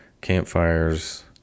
campfires